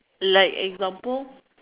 like example